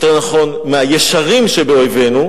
יותר נכון מהישרים שבאויבינו,